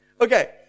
Okay